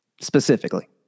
specifically